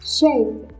Shape